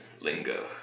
lingo